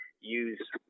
use